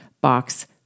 box